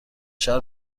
شهر